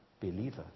believer